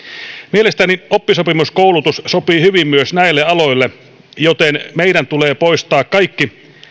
mielestäni oppisopimuskoulutus sopii hyvin myös näille aloille joten meidän tulee poistaa kaikki